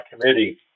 committee